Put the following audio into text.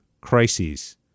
crises